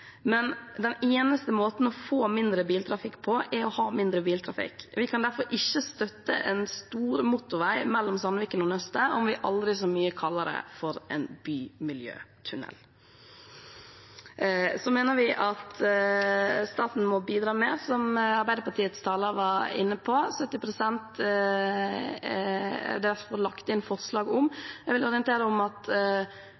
å ha mindre biltrafikk. Vi kan derfor ikke støtte en stor motorvei mellom Sandviken og Nøstet, om vi aldri så mye kaller det for en bymiljøtunnel. Vi mener at staten må bidra mer, som Arbeiderpartiets taler var inne på. 70 pst. er det derfor lagt inn forslag